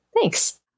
Thanks